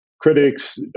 critics